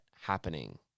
happening